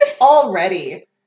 Already